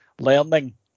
learning